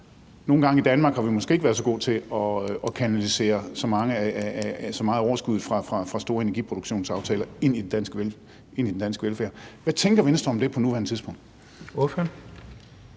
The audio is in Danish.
Nogle gange har vi i Danmark måske ikke været så gode til at kanalisere så meget af overskuddet fra store energiproduktionsaftaler ind i den danske velfærd. Hvad tænker Venstre om det på nuværende tidspunkt?